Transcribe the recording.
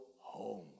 home